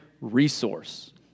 resource